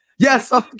Yes